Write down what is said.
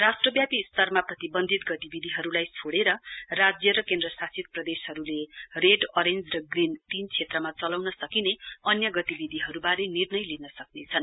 राष्ट्रव्यापी स्तरमा प्रतिवन्धित गतिविधिहरूलाई छोडेर राज्य र केन्द्र शासित प्रदेशहरूले रेड ओञ्ज र ग्रीन तीन क्षेत्रमा चलाउन सकिने अन्य गतिविधिहरूबारे निर्णय लिन सक्नेछन्